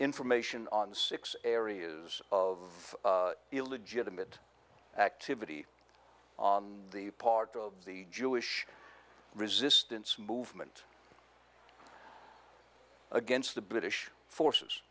information on six areas of illegitimate activity on the part of the jewish resistance movement against the british forces